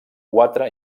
quatre